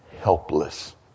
Helpless